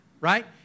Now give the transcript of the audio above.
right